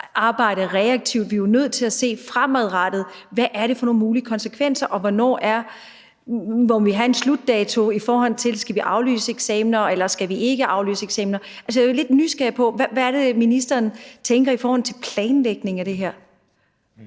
arbejde reaktivt. Vi er jo nødt til fremadrettet at se, hvad der er af nogle mulige konsekvenser, og hvornår vi må have en slutdato, i forhold til om vi skal aflyse eksamener, eller om vi ikke skal aflyse eksamener. Altså, jeg er jo lidt nysgerrig på, hvad det er, ministeren tænker i forhold til planlægningen af det her.